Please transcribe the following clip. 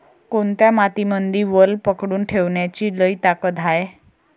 कोनत्या मातीमंदी वल पकडून ठेवण्याची लई ताकद हाये?